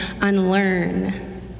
unlearn